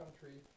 country